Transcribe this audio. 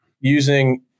using